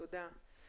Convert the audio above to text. תודה.